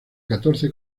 catorce